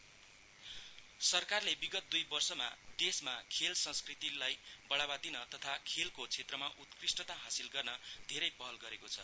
government sports सरकारले विगत दुई वर्षमा देशमा खेल संस्कृतिलाई बढावा दिन तथा खेलको क्षेत्रमा उत्कृष्टता हासिल गर्न धेरै पहल गरेको छ